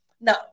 No